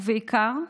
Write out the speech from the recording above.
ובעיקר,